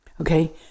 okay